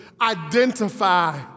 identify